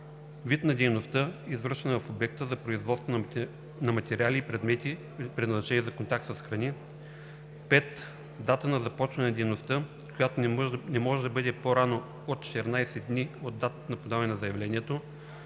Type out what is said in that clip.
вид на дейността, извършвана в обекта за производство на материали и предмети, предназначени за контакт с храни; 5. дата на започване на дейността, която не може да бъде по-рано от 14 дни от датата на подаване на заявлението;